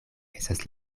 estas